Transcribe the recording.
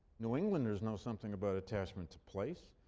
new englanders know something about attachment to place,